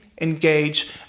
engage